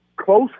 close